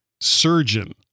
surgeon